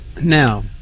Now